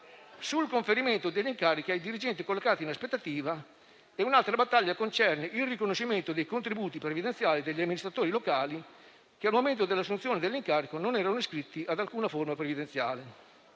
sul conferimento degli incarichi ai dirigenti collocati in aspettativa. Un'altra battaglia concerne inoltre il riconoscimento dei contributi previdenziali agli amministratori locali che, al momento dell'assunzione dell'incarico, non erano iscritti ad alcuna forma previdenziale.